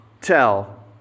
tell